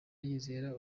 yizera